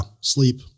Sleep